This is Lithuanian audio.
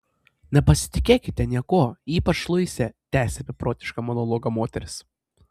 nepasitikėkite niekuo ypač luise tęsė beprotišką monologą moteris